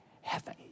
heaven